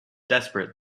desperate